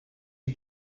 you